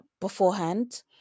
beforehand